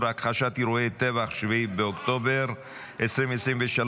הכחשת אירועי טבח 7 באוקטובר 2023,